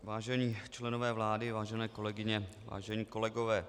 Vážení členové vlády, vážené kolegyně, vážení kolegové.